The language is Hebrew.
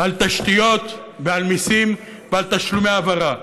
תשתיות ועל מיסים ועל תשלומי העברה.